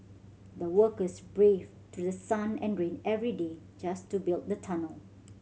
the workers braved sun and rain every day just to build the tunnel